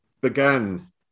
began